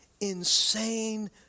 insane